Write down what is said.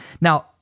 now